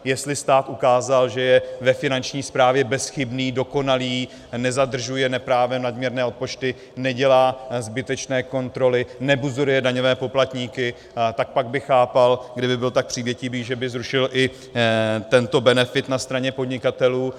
Jestli stát ukázal, že je ve Finanční správě bezchybný, dokonalý, nezadržuje neprávem nadměrné odpočty, nedělá zbytečné kontroly nebuzeruje daňové poplatníky, tak pak bych chápal, kdyby byl tak přívětivý, že by zrušil i tento benefit na straně podnikatelů.